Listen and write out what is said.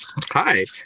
Hi